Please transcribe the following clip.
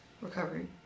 Recovering